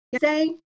say